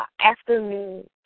afternoon